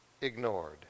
ignored